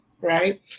right